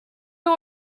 you